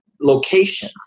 location